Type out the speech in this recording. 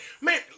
man